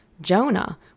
Jonah